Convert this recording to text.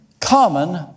common